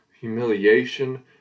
humiliation